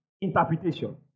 interpretation